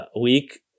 week